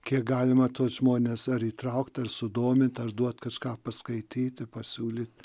kiek galima tuos žmones ar įtraukt ar sudomint ar duot kažką paskaityti pasiūlyt